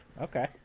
okay